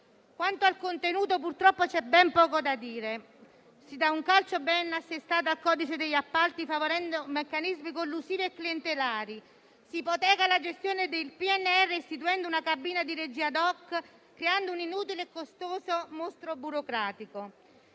Quanto al contenuto, purtroppo, c'è ben poco da dire: si dà un calcio ben assestato al codice degli appalti, favorendo meccanismi collusivi e clientelari. Si ipoteca la gestione del PNRR, istituendo una cabina di regia *ad hoc*, creando un inutile e costoso mostro burocratico.